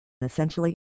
Essentially